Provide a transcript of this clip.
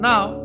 Now